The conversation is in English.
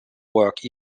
work